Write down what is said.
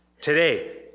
today